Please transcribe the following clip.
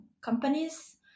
companies